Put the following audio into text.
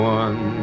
one